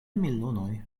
milonoj